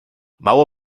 mało